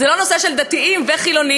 זה לא נושא של דתיים וחילונים.